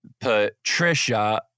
Patricia